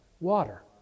Water